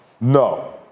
No